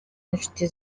n’inshuti